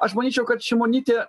aš manyčiau kad šimonytė